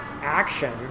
action